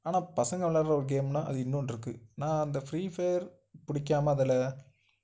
ஆனால் பசங்கள் விளாட்ற ஒரு கேம்னா அது இன்னொன்று இருக்குது நான் அந்த ஃப்ரீ ஃபயர் பிடிக்காம அதில்